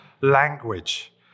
language